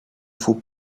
faut